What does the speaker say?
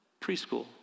preschool